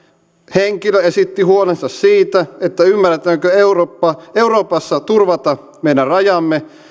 henkilö esitti huolensa siitä ymmärretäänkö euroopassa turvata meidän rajamme